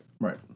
Right